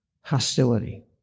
hostility